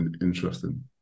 interesting